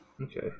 Okay